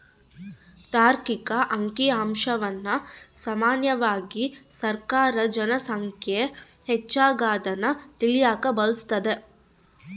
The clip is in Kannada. ತಾರ್ಕಿಕ ಅಂಕಿಅಂಶವನ್ನ ಸಾಮಾನ್ಯವಾಗಿ ಸರ್ಕಾರ ಜನ ಸಂಖ್ಯೆ ಹೆಚ್ಚಾಗದ್ನ ತಿಳಿಯಕ ಬಳಸ್ತದೆ